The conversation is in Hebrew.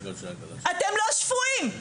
אתם לא שפויים,